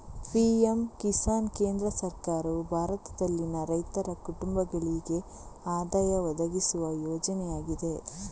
PM Kisan ಕೇಂದ್ರ ಸರ್ಕಾರವು ಭಾರತದಲ್ಲಿನ ರೈತರ ಕುಟುಂಬಗಳಿಗೆ ಆದಾಯ ಒದಗಿಸುವ ಯೋಜನೆಯಾಗಿದೆ